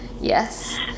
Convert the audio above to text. Yes